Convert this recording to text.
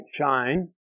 shine